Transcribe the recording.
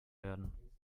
werden